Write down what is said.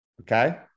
Okay